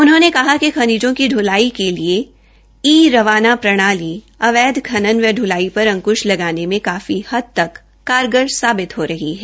उन्होंने कहा कि खनिजो की प्लाई के लिए ई रवाना प्रणाली अवैध खनन व प्लाई पर अकंश लगाने में काफी हद तक कारगर साबित हो रही है